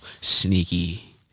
sneaky